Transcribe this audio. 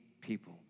people